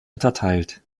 unterteilt